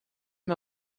him